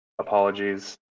Apologies